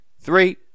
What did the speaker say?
three